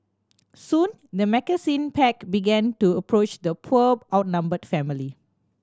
soon the pack began to approach the poor outnumbered family